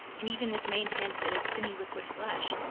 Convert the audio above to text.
and even this name hints at its semiliquid flesh,